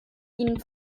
ihnen